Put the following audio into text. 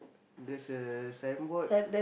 there's a signboard